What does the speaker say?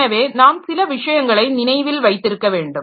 எனவே நாம் சில விஷயங்களை நினைவில் வைத்திருக்க வேண்டும்